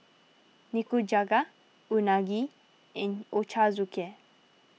Nikujaga Unagi and Ochazuke